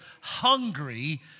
hungry